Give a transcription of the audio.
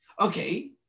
Okay